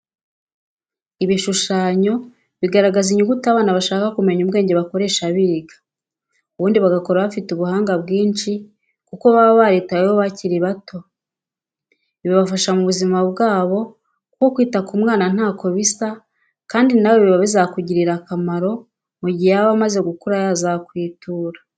Ibishushanyo bigaragaza inyuguti abana bashaka kumenya ubwenge bakoresha biga, ubundi bagakura bafite ubuhanga bwinshi kuko baba baritaweho bakiri bato, bifasha mu buzima bwabo kuko kwita ku mwana ntako bisa kandi nawe biba bizakugirira akamaro mu gihe yaba amaze gukura yazakwitura.